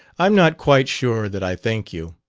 i'm not quite sure that i thank you,